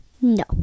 no